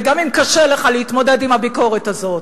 גם אם קשה לך להתמודד עם הביקורת הזאת.